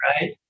right